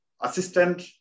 assistant